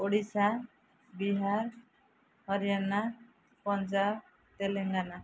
Odisha Bihar Haryana Punjab Telangana